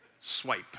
Swipe